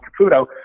Caputo